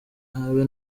habe